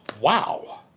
wow